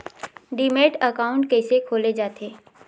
Demat account कइसे खोले जाथे?